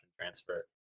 transfer